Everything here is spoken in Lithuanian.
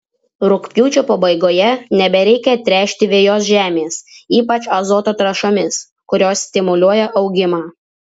rugpjūčio pabaigoje nebereikia tręšti vejos žemės ypač azoto trąšomis kurios stimuliuoja augimą